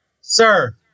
Sir